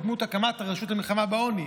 בדמות הקמת הרשות למלחמה בעוני.